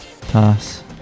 Pass